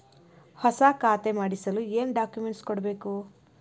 ಹೊಸ ಖಾತೆ ಮಾಡಿಸಲು ಏನು ಡಾಕುಮೆಂಟ್ಸ್ ಕೊಡಬೇಕು?